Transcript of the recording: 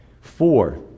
Four